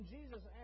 Jesus